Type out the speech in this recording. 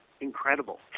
incredible